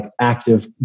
active